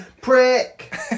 Prick